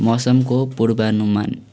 मौसमको पूर्वानुमान